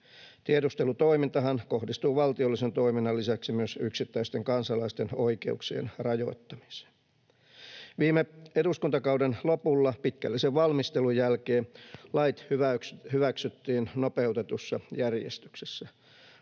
Tiedustelutoimintahan kohdistuu valtiollisen toiminnan lisäksi myös yksittäisten kansalaisten oikeuksien rajoittamiseen. Viime eduskuntakauden lopulla, pitkällisen valmistelun jälkeen, lait hyväksyttiin nopeutetussa järjestyksessä.